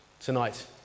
tonight